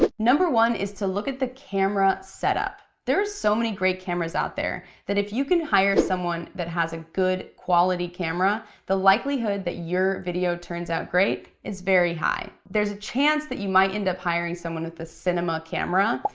but number one is to look at the camera setup. there are so many great cameras out there, that if you can hire someone that has a good quality camera, the likelihood that your video turns out great is very high. there's a chance that you might end up hiring someone with a cinema camera,